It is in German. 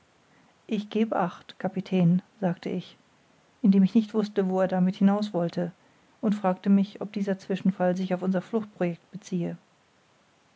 ich gebe acht kapitän sagte ich indem ich nicht wußte wo er damit hinaus wollte und fragte mich ob dieser zwischenfall sich auf unser fluchtproject beziehe